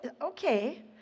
okay